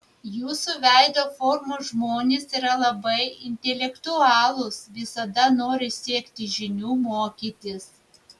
jūsų veido formos žmonės yra labai intelektualūs visada nori siekti žinių mokytis